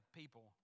people